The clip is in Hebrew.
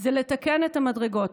זה לתקן את המדרגות,